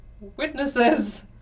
witnesses